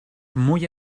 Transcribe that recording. muy